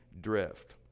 drift